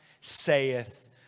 saith